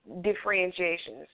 Differentiations